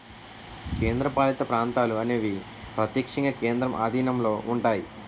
కేంద్రపాలిత ప్రాంతాలు అనేవి ప్రత్యక్షంగా కేంద్రం ఆధీనంలో ఉంటాయి